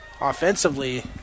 offensively